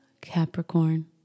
Capricorn